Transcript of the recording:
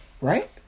Right